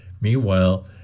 Meanwhile